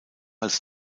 als